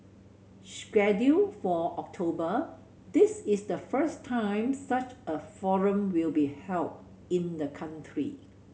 scheduled for October this is the first time such a forum will be held in the country